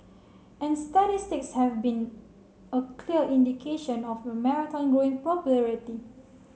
and statistics have been a clear indication of the marathon growing popularity